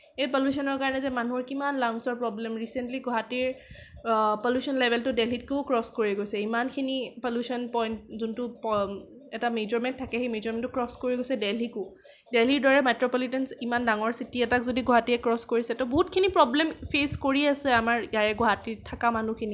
এই পল্য়োচনৰ কাৰণে যে মানুহৰ কিমান লাংচৰ প্ৰবলেম ৰিচেণ্টলি গুৱাহাটীৰ পল্য়োচন লেভেলটো ডেল্হিতকৈও ক্ৰছ কৰি গৈছে ইমানখিনি পল্য়োচন পইণ্ট যোনটো এটা মেজাৰমেণ্ট থাকে সেই মেজাৰমেণ্টটো ক্ৰছ কৰি গৈছে ডেল্হিকো ডেল্হিৰ দৰে মেত্ৰ'পলিটান ইমান ডাঙৰ চিটি এটাক যদি গুৱাহাটীয়ে ক্ৰছ কৰিছে ত' বহুতখিনি প্ৰবলেম ফেচ কৰি আছে আমাৰ ইয়াৰে গুৱাহাটীত থকা মানুহখিনিয়ে